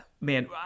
man